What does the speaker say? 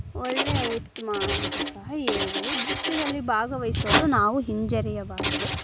ಒಳ್ಳೆ ಉತ್ತಮ ಅಂತ ಸಹ ಹೇಳ್ಬೊದು ನೃತ್ಯದಲ್ಲಿ ಭಾಗವಹಿಸಲು ನಾವು ಹಿಂಜರಿಯಬಾರದು